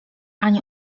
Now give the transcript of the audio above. ani